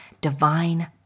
divine